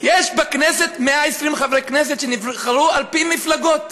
יש בכנסת 120 חברי כנסת שנבחרו על פי מפלגות.